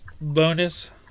bonus